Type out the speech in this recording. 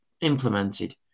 implemented